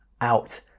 out